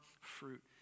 fruit